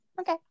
okay